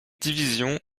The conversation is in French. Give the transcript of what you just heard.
divisions